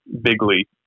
bigly